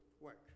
work